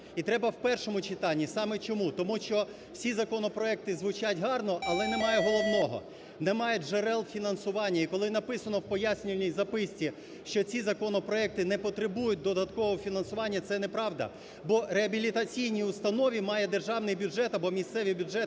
І треба в першому читанні саме чому? Тому що всі законопроекти звучать гарно, але немає головного – немає джерел фінансування. І коли написано в Пояснювальній записці, що ці законопроекти не потребують додаткового фінансування, це неправда. Бо в реабілітаційній установі має державний бюджет або місцеві бюджети